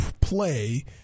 play